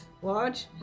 Watch